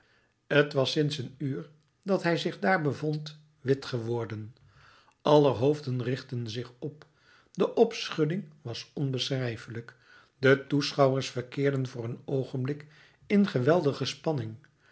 t was sinds een uur dat hij zich daar bevond wit geworden aller hoofden richtten zich op de opschudding was onbeschrijfelijk de toeschouwers verkeerden voor een oogenblik in geweldige spanning